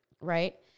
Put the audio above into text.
right